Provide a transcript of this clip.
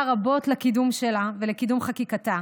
רבות על הקידום שלה ועל קידום חקיקתה.